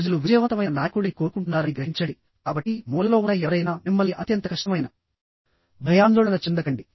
ప్రజలు విజయవంతమైన నాయకుడిని కోరుకుంటున్నారని గ్రహించండి కాబట్టి మూలలో ఉన్న ఎవరైనా మిమ్మల్ని అత్యంత కష్టమైన ప్రశ్నలు అడగబోతున్నట్లయితే భయాందోళన చెందకండి